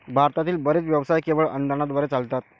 भारतातील बरेच व्यवसाय केवळ अनुदानाद्वारे चालतात